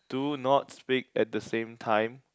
do not speak at the same time